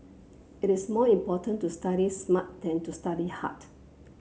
it is more important to study smart than to study hard